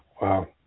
Wow